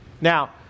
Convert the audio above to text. Now